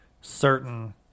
certain